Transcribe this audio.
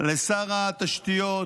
לשר התשתיות,